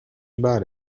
about